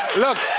look,